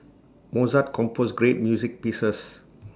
Mozart composed great music pieces